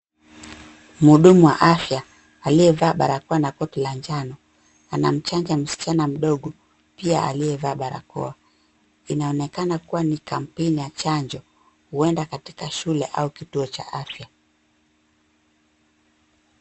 Mhudumu wa afya aliyevaa barakoa na koti la njano, anamchanja msichana mdogo pia aliyevaa barakoa. Inaonekana kuwa ni campaign ya chanjo, huenda katika shule au kituo cha afya.